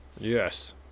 Yes